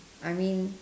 I mean